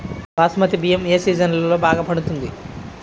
బాస్మతి బియ్యం ఏ సీజన్లో బాగా పండుతుంది?